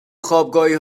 خوابگاهی